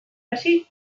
hasi